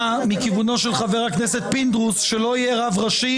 מכיוונו של חבר הכנסת פינדרוס: "שלא יהיה רב ראשי,